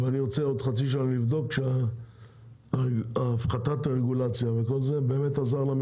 אבל אני רוצה בעוד חצי שנה לבדוק שהפחתת הרגולציה באמת עזרה.